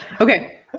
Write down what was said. okay